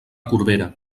corbera